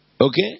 Okay